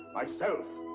myself,